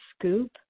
scoop